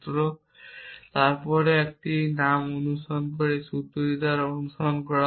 এবং তারপরে একটি নাম অনুসরণ করে একটি সূত্র দ্বারা অনুসরণ করা হয়